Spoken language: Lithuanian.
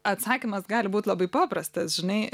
atsakymas gali būt labai paprastas žinai